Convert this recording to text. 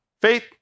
Faith